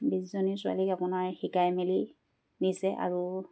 বিছজনী ছোৱালীক আপোনাৰ শিকাই মেলি নিছে আৰু